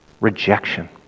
Rejection